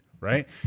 right